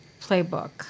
playbook